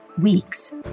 weeks